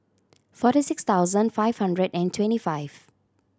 forty six thousand five hundred and twenty five